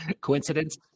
coincidence